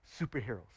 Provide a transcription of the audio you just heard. superheroes